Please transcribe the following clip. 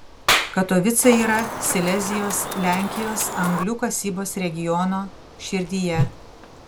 katovicai yra silezijos lenkijos anglių kasybos regiono širdyje